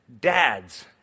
dads